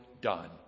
done